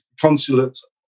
consulates